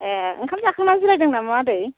ए ओंखाम जाखांनानै जिरायदों नामा आदै